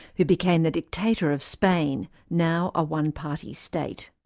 who became the dictator of spain, now a one-party state.